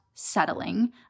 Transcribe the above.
settling